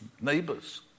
neighbors